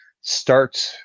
start